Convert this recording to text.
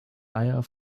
eier